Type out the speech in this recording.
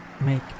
make